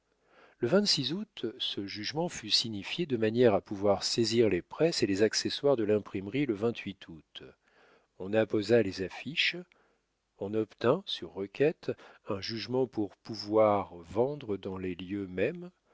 le août ce jugement fut signifié de manière à pouvoir saisir les presses et les accessoires de l'imprimerie le août on apposa les affiches on obtint sur requête un jugement pour pouvoir vendre dans les lieux mêmes